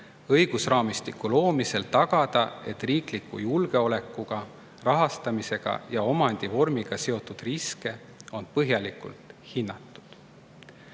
Õigusraamistiku loomisel tagada, et riikliku julgeolekuga, rahastamisega ja omandivormiga seotud riske on põhjalikult hinnatud."Nagu